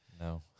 no